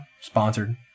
sponsored